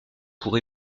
pour